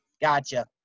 Gotcha